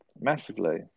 massively